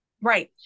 Right